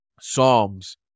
Psalms